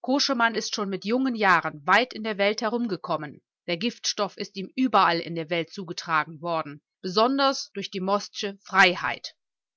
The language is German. koschemann ist schon mit jungen jahren weit in der welt herumgekommen der giftstoff ist ihm überall in der welt zugetragen worden besonders durch die mostsche freiheit